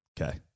Okay